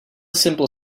simple